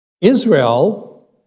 Israel